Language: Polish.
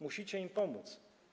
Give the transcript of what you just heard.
Musicie im pomóc.